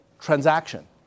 transaction